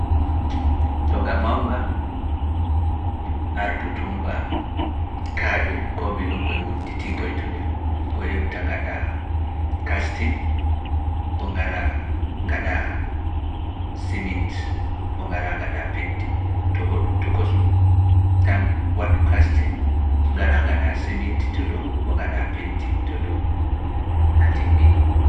To nga mawnga artu tummbaa kaaƴoy koy bilukoy ngudditinkoy e nder, ko heewta ngaɗaa casting, koo ngaraa ngaɗaa siminti, koo ngaraa ngaɗaa penti, to boo ɗum tokosun, tan waɗu casting, ngaraa ngaɗaa siminti to dow koo ngara ngaɗaa penti to dow, a timminii.